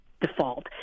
default